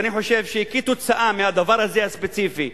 ואני חושב שכתוצאה מהדבר הזה הספציפי,